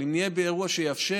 אבל אם נהיה באירוע שיאפשר,